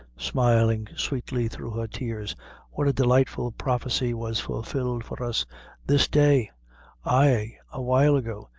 smiling sweetly through her tears what a delightful prophecy was fulfilled for us this day ay, awhile ago,